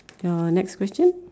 your next question